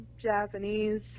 Japanese